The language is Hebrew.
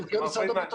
למבקר משרד הביטחון.